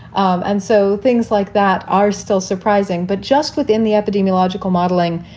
um and so things like that are still surprising. but just within the epidemiological modelling,